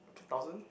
two thousand